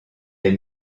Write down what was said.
des